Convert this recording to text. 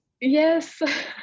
Yes